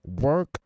Work